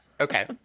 Okay